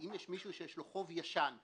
אם יש מישהו שיש לו חוב ישן,